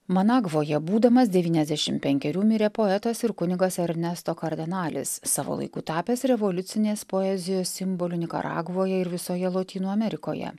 managvoje būdamas devynisdešim penkerių mirė poetas ir kunigas ernesto kardenalis savo laiku tapęs revoliucinės poezijos simboliu nikaragvoje ir visoje lotynų amerikoje